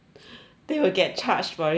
they will get charged for it right